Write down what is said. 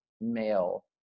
male